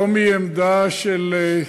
לא מעמדה של,